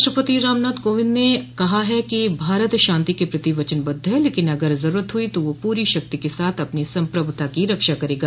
राष्ट्रपति रामनाथ कोविंद ने कहा है कि भारत शांति के प्रति वचनबद्ध है लेकिन अगर जरूरत हुई तो वह पूरी शक्ति के साथ अपनी संभ्रुत्ता की रक्षा करेगा